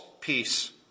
peace